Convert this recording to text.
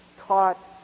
taught